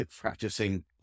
practicing